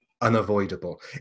unavoidable